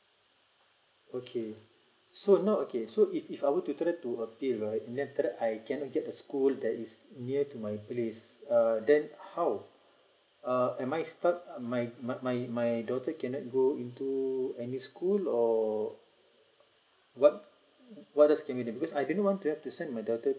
okay so now okay so if if I would try to appeal right then after that I cannot get a school that is near to my place uh then how uh am I stuck my my my my daughter cannot go into any school or what what else can we do because I didn't want to have to send my daughter